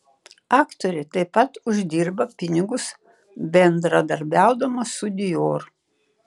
aktorė taip pat uždirba pinigus bendradarbiaudama su dior